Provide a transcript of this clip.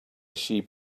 sheep